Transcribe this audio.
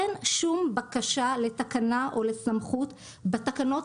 אין שום בקשה לתקנה או לסמכות בתקנות